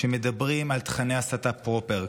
כשמדברים על תוכני הסתה פרופר,